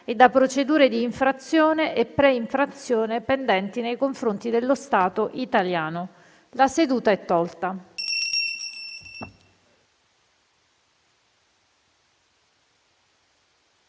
e da procedure di infrazione e pre-infrazione pendenti nei confronti dello Stato italiano (1287) previ